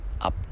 up